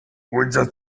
unser